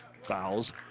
fouls